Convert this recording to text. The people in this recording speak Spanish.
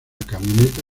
camioneta